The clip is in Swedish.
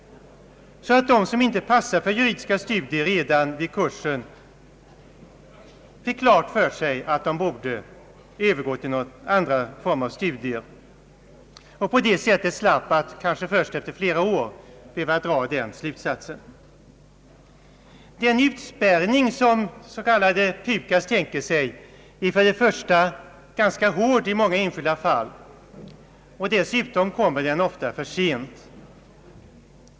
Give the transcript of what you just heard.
De som inte passat för juridiska studier har redan i samband med den kursen fått klart för sig att de borde övergå till andra studier och på det sättet sluppit ifrån att kanske först efter flera år dra den slutsatsen. Den utspärrning som den s.k. PUKAS tänker sig är ganska hård i många enskilda fall, och dessutom kommer den ofta för sent.